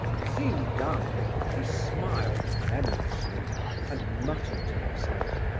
seeing gania, he smiled venomously and muttered to himself,